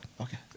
Okay